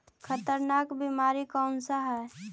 खतरनाक बीमारी कौन सा है?